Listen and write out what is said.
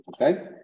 Okay